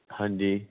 ਹਾਂਜੀ